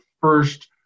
first